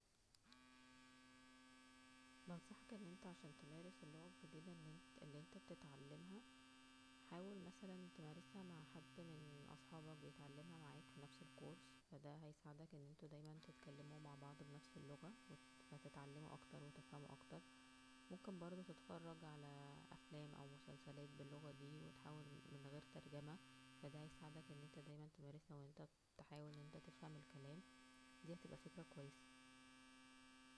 بنصحكان انت عشان تمارس اللغة الجديدة دى -اللى انت بتتعلمها ,حاول مثلا تمارسها مع حد من اصحابك بيتعلمها معاك فى نفس الكورس فا دا هيساعدك ان انتو دايما تتكلموا مع بعض بنفس اللغة ,فهتتعلموا اكتر و هتفهموا اكتر, ممكن برده تتفرج على افلام او مسلسلات باللغة دى وتحاول من غير ترجمه فا دا هيساعدك ان انت دايما انك تمارس اللغة وتحاول تفهم الكلام دى هتبقى فكرة كويسة